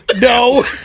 no